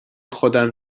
خودم